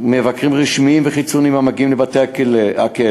מבקרים רשמיים וחיצוניים המגיעים לבתי-הכלא,